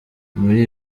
muri